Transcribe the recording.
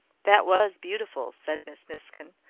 that was beautiful, said miss miskin,